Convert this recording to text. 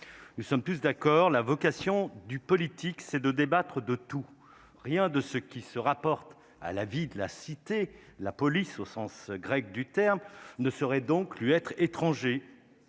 nous sommes tous d'accord, la vocation du politique c'est de débattre de tout, rien de ce qui se rapporte à la vie de la cité : la police au sens grec du terme ne serait donc plus être étranger